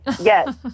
Yes